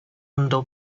andò